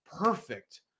perfect